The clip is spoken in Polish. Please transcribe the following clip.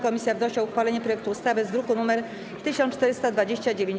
Komisja wnosi o uchwalenie projektu ustawy z druku nr 1429.